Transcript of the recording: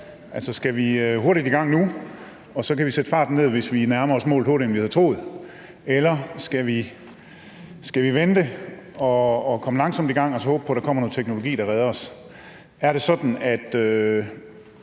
skal vi hurtigt i gang nu, og så kan vi sætte farten ned, hvis vi nærmer os målet hurtigere, end vi havde troet, eller skal vi vente, komme langsomt i gang og så håbe på, at der kommer noget teknologi, der redder os? Er det sådan, at